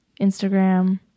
Instagram